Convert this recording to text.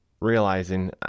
realizing